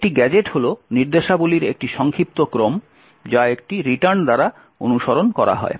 একটি গ্যাজেট হল নির্দেশাবলীর একটি সংক্ষিপ্ত ক্রম যা একটি রিটার্ন দ্বারা অনুসরণ করা হয়